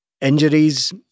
injuries